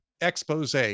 expose